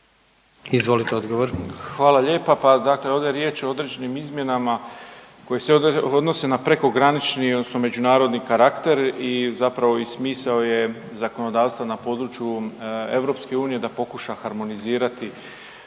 Ivan (HDZ)** Hvala lijepa, pa dakle ovdje je riječ o određenim izmjenama koje se odnose na prekogranični odnosno međunarodni karakter i zapravo i smisao je zakonodavstva na području EU da pokuša harmonizirati